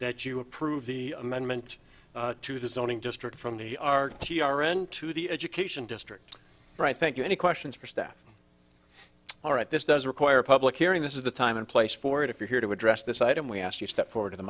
that you approve the amendment to the zoning district from the r t r n to the education district right thank you any questions for staff all right this does require a public hearing this is the time and place for it if you're here to address this item we asked you step forward to the